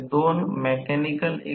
तेव्हा हा भाग म्हणजे स्लिप 0